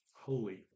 Holy